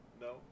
No